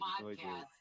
podcast